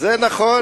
זה נכון,